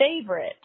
favorite